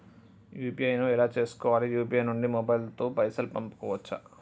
UPI ను ఎలా చేస్కోవాలి యూ.పీ.ఐ నుండి మొబైల్ తో పైసల్ పంపుకోవచ్చా?